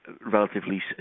relatively